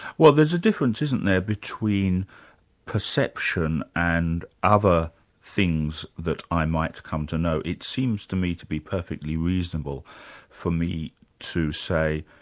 well there's a difference isn't there, between perception and other things that i might come to know. it seems to me to be perfectly reasonable for me to say,